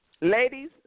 Ladies